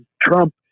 Trump